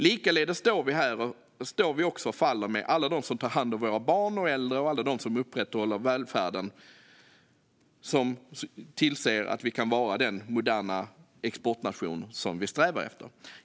Likaledes står vi och faller med alla dem som tar hand om våra barn och äldre och alla dem som upprätthåller välfärden och tillser att Sverige kan vara den moderna exportnation som vi strävar efter.